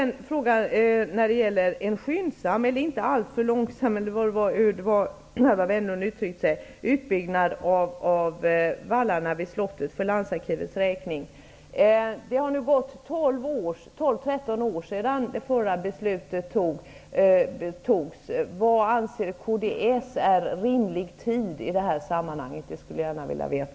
När det gäller en skyndsam eller inte alltför långsam, eller hur nu Alwa Wennerlund uttryckte sig, utbyggnad av vallarna vid slottet för landsarkivets räkning, har det nu gått 12--13 år sedan det förra beslutet fattades. Jag skulle gärna vilja veta vad kds anser är rimlig tid i det här sammanhanget.